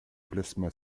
plasma